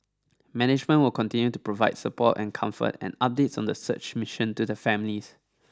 management will continue to provide support and comfort and updates on the search mission to the families